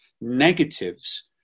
negatives